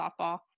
softball